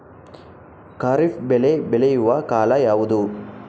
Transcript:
ಖಾರಿಫ್ ಬೆಳೆ ಬೆಳೆಯುವ ಕಾಲ ಯಾವುದು?